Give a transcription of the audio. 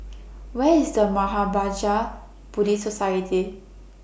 Where IS The Mahapraja Buddhist Society